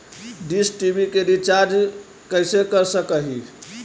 Dish TV के रिचार्ज कैसे कर सक हिय?